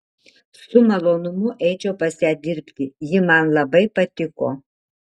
su malonumu eičiau pas ją dirbti ji man labai patiko